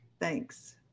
Thanks